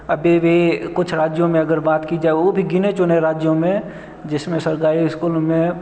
अभी भी कुछ राज्यों में अगर बात की जाए वह भी गिने चुने राज्यों में जिसमें सरकारी स्कूलों में